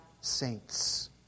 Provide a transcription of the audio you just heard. saints